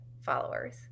followers